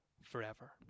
forever